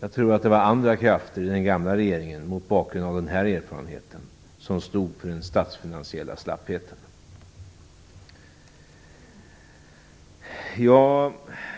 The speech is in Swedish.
Jag tror att det var andra krafter i den andra regeringen, mot bakgrund av den här erfarenheten, som stod för den statsfinansiella slappheten. Jag